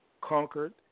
Conquered